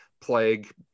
plague